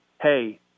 hey